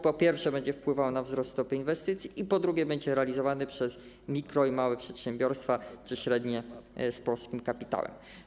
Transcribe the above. Po pierwsze, będzie wpływał na wzrost stopy inwestycji, a po drugie, będzie realizowany przez mikro- i małe przedsiębiorstwa czy średnie z polskim kapitałem.